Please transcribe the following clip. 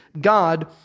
God